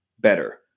better